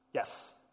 Yes